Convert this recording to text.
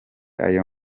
ayo